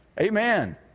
amen